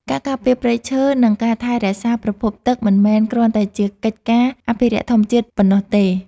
ការការពារព្រៃឈើ និងការថែរក្សាប្រភពទឹកមិនមែនគ្រាន់តែជាកិច្ចការអភិរក្សធម្មជាតិប៉ុណ្ណោះទេ។